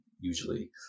Usually